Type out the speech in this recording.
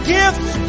gifts